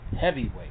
Heavyweight